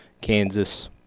Kansas